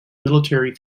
military